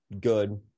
good